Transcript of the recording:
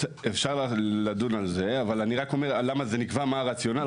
אפשר לדון על זה אבל אני רק אומה למה זה נקבע ומה הרציונל.